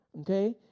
okay